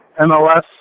MLS